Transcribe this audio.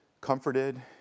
comforted